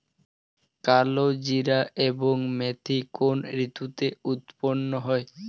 কালোজিরা এবং মেথি কোন ঋতুতে উৎপন্ন হয়?